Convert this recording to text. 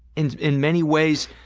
in in many ways,